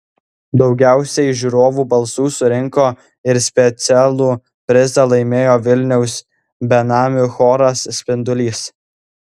daugiausiai žiūrovų balsų surinko ir specialų prizą laimėjo vilniaus benamių choras spindulys